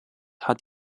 hat